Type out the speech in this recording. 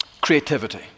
creativity